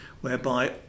whereby